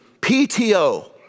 PTO